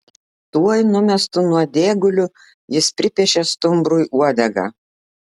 tuoj numestu nuodėguliu jis pripiešė stumbrui uodegą